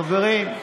חברים,